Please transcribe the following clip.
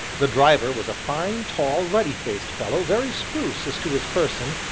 the driver was a fine, tall, ruddy-faced fellow, very spruce as to his person,